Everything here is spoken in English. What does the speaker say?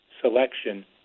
selection